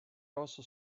also